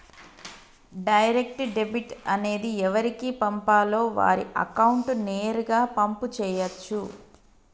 direct debit అనేది ఎవరికి పంపాలో వారి అకౌంట్ నేరుగా పంపు చేయచ్చు